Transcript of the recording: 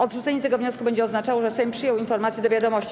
Odrzucenie tego wniosku będzie oznaczało, że Sejm przyjął informację do wiadomości.